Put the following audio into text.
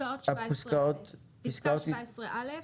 פסקה 17 א'